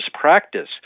practice